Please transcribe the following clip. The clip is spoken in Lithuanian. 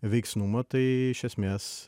veiksnumo tai iš esmės